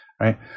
right